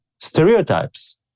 stereotypes